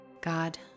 God